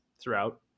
throughout